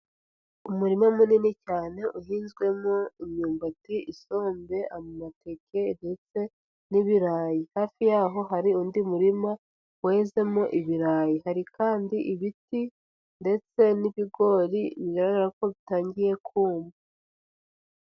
Umurima munini cyane uhinzwemo imyumbati, isombe, amateke ndetse n'ibirayi, hafi yaho hari undi murima wezemo ibirayi, hari kandi ibiti ndetse n'ibigori bigaragara ko bitangiye kuma.